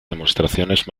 demostraciones